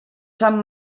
sant